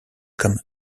come